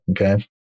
Okay